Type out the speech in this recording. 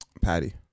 Patty